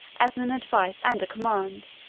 as an advice and a command,